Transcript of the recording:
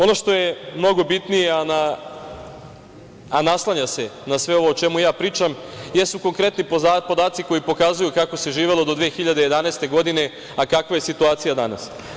Ono što je mnogo bitnije, a naslanja se na sve ovo o čemu ja pričam, jesu konkretni podaci koji pokazuju kako se živelo do 2011. godine, a kakva je situacija danas.